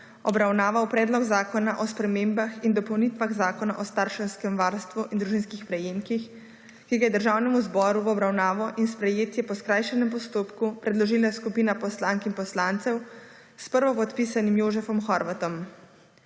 obravnaval Predlog zakona o spremembah in dopolnitvah Zakona o starševskem varstvu in družinskih prejemkih, ki ga je Državnemu zboru v obravnavo in sprejetje po skrajšanem postopku predložila skupina poslank in poslancev s prvopodpisanim Jožefom Horvatom.